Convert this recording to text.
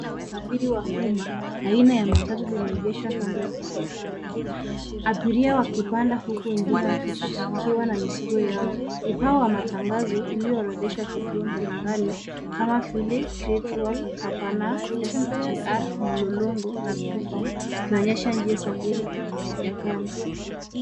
La usafiri wa uma aina ya matatu limeegeshwa kando ya barabara. Abiria wakipanda huku wengine wakiwa na mizigo yao. Ubau wa matangazo ulioorodhesha vituo mbalimbali kama vile Greatwall , Cabanas , SGR , Mulolongo na Tuffoam ukionyesha njia ya safari ya gari.